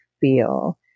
feel